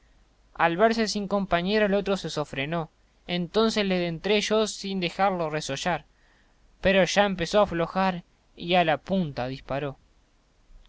al verse sin compañero el otro se sofrenó entonces le dentré yo sin dejarlo resollar pero ya empezó a aflojar y a la pu n ta disparó